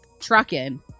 trucking